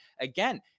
again